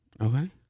Okay